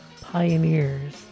pioneers